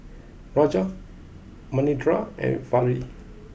Raja Manindra and Fali